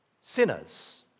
sinners